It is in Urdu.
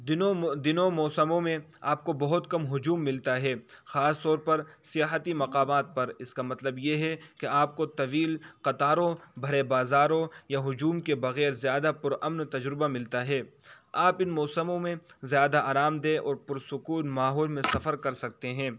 دنوں دنوں موسموں میں آپ کو بہت کم ہجوم ملتا ہے خاص طور پر سیاحتی مقامات پر اس کا مطلب یہ ہے کہ آپ کو طویل قطاروں بھرے بازاروں یا ہجوم کے بغیر زیادہ پر امن تجربہ ملتا ہے آپ ان موسموں میں زیادہ آرام دہ اور پر سکون ماحول میں سفر کر سکتے ہیں